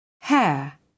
hair